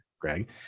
Greg